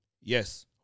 Yes